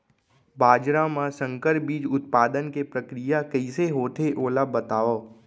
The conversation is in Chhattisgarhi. बाजरा मा संकर बीज उत्पादन के प्रक्रिया कइसे होथे ओला बताव?